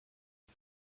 det